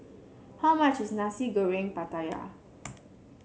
how much is Nasi Goreng Pattaya